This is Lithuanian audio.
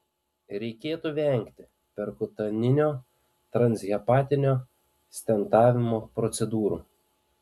reikėtų vengti perkutaninio transhepatinio stentavimo procedūrų